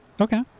Okay